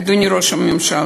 אדוני ראש הממשלה,